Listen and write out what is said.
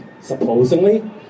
supposedly